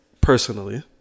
personally